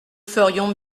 ferions